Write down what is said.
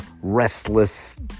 restless